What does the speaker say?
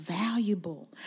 valuable